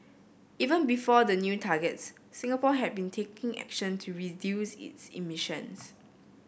even before the new targets Singapore had been taking action to reduce its emissions